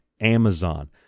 Amazon